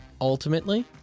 ultimately